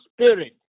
Spirit